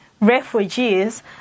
refugees